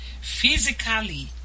physically